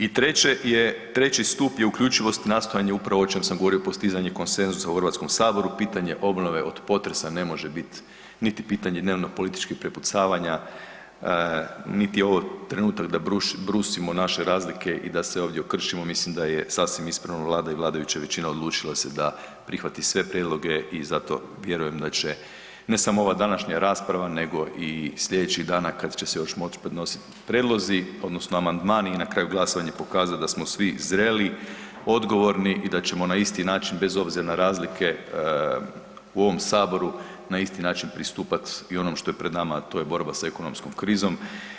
I treće je, treći stup je uključivost nastojanje upravo ovog čeg sam govorio, postizanje konsenzusa u HS-u, pitanje obnove od potresa ne može biti niti pitanje dnevno političkih prepucavanja niti je ovo trenutak da brusimo naše razlike da se ovdje okršimo, mislim da je sasvim ispravno Vlada i vladajuća većina odlučila da se da, prihvati sve prijedloge i zato vjerujem da će, ne samo ova današnja rasprava nego i sljedećih dana, kad će se još moći podnositi prijedlozi, odnosno amandmani i na kraju glasovanje pokazati da smo svi zreli, odgovorni i da ćemo na isti način, bez obzira na razlike u ovom Saboru, na isti način pristupati i onom što je pred nama, a to je borba s ekonomskom krizom.